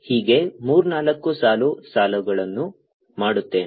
ಹೀಗೆ ಮೂರ್ನಾಲ್ಕು ಸಾಲು ಸಾಲುಗಳನ್ನು ಮಾಡುತ್ತೇನೆ